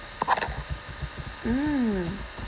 mm